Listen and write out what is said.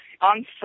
on